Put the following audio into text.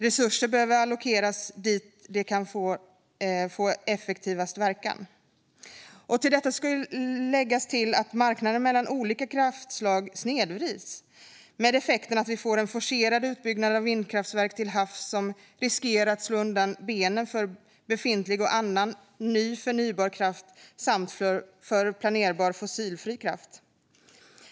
Resurser behöver allokeras dit där de kan få effektivast verkan. Till detta ska läggas att marknaden mellan olika kraftslag snedvrids, med följd att vi får en forcerad utbyggnad av vindkraftverk till havs som riskerar att slå undan benen för befintlig och annan ny förnybar kraft samt för planerbar fossilfri kraft.